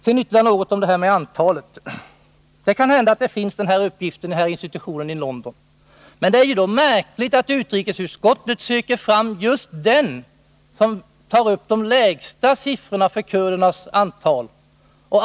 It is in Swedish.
Sedan ytterligare något om kurdernas antal. Det kan hända att det finns en uppgift härom på den nämnda institutionen i London. Men det är märkligt att utrikesutskottet söker fram och använder sig av just den uppgift som visar på de lägsta siffrorna för kurdernas antal.